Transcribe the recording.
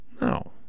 No